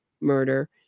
murder